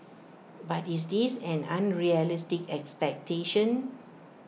but is this an unrealistic expectation